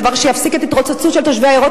דבר שיפסיק את ההתרוצצות של תושבי עיירות